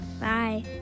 Bye